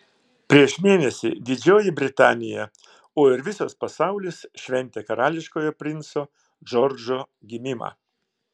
prieš mėnesį didžioji britanija o ir visas pasaulis šventė karališkojo princo džordžo gimimą